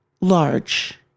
large